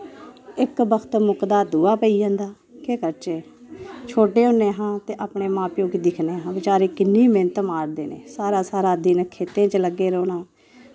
इक बक्त मुकदा दूआ पेई जंदा केह् करचै छोटे होन्ने हं ते अपने मां प्यो गी दिक्खने हं बचारे किन्नी मेह्नत मारदे नै सारा सारा दिन खेत्तें च लग्गे रौह्ना